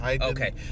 Okay